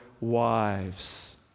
wives